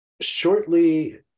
shortly